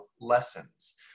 lessons